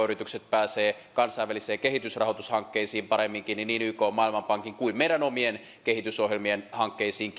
yritykset pääsevät kansainvälisiin kehitysrahoitushankkeisiin paremmin kiinni niin ykn maailmanpankin kuin meidän omien kehitysohjelmien hankkeisiin